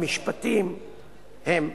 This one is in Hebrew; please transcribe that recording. המשפטי"ם הם: